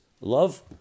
love